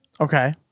Okay